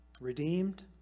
redeemed